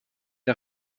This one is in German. der